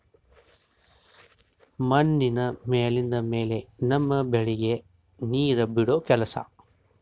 ಮಣ್ಣಿನ ಮ್ಯಾಲಿಂದ್ ಮ್ಯಾಲೆ ನಮ್ಮ್ ಬೆಳಿಗ್ ನೀರ್ ಬಿಡೋ ಕೆಲಸಾ